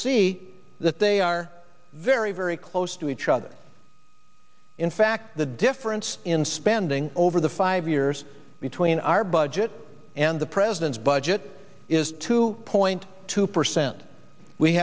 see that they are very very close to each other in fact the difference in spending over the five years between our budget and the president's budget is two point two percent we